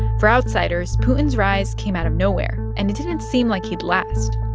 for outsiders, putin's rise came out of nowhere, and it didn't seem like he'd last.